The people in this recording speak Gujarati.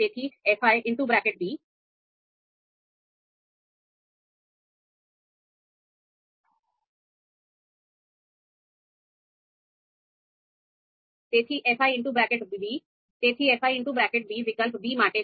તેથી fi વિકલ્પ b માટે છે